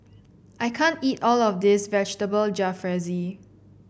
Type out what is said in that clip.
I can't eat all of this Vegetable Jalfrezi